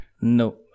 No